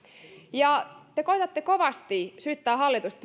te koetatte kovasti syyttää hallitusta